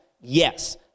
yes